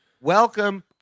Welcome